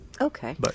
Okay